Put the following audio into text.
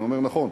הוא אומר: נכון.